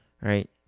right